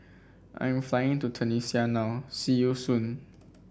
I'm flying to Tunisia now see you soon